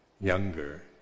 younger